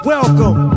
Welcome